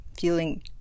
feeling